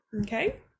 Okay